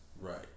right